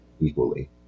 equally